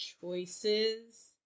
choices